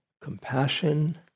compassion